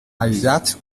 aïllats